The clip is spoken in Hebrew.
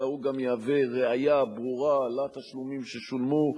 אלא הוא גם יהווה ראיה ברורה לתשלומים ששולמו,